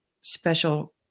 special